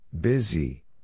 Busy